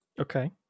Okay